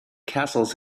castles